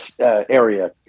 area